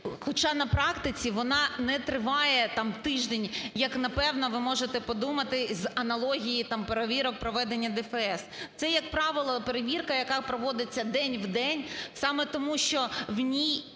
Хоча на практиці вона не триває там тиждень, як, напевно, ви можете подумати з аналогії там перевірок проведення ДФС. Це, як правило, перевірка, яка проводиться день в день саме тому, що в ній